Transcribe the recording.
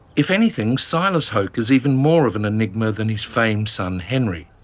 if anything, silas hoke was even more of an enigma than his famed son henry.